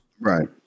right